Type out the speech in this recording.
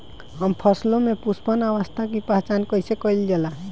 हम फसलों में पुष्पन अवस्था की पहचान कईसे कईल जाला?